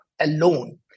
alone